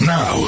Now